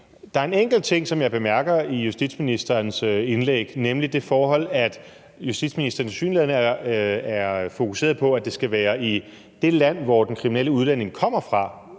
der er en enkelt ting, som jeg bemærker i justitsministerens indlæg, nemlig det forhold, at justitsministeren tilsyneladende er fokuseret på, at det skal være i det land, hvor den kriminelle udlænding kommer fra,